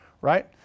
Right